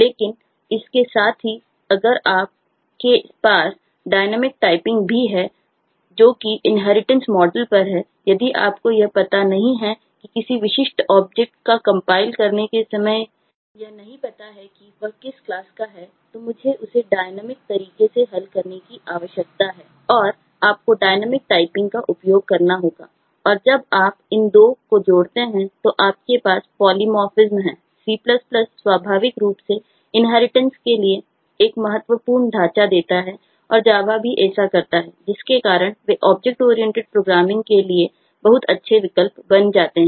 लेकिन इसके साथ ही अगर आपके पास डायनेमिक टाइपिंग के लिए बहुत अच्छे विकल्प बन जाते हैं